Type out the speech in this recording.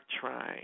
trying